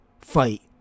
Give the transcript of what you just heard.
Fight